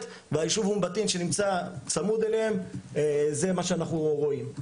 - ובישוב אום-בטין שנמצא צמוד אליהם זה מה שאנחנו רואים.